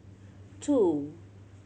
two